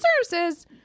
Services